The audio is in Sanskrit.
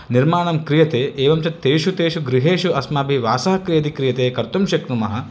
निर्माणं क्रियते एवं च तेषु तेषु गृहेषु अस्माभिः वासः क्रि यदि क्रियते कर्तुं शक्नुमः